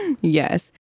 Yes